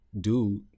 dude